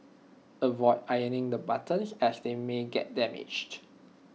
avoid ironing the buttons as they may get damaged